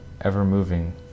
ever-moving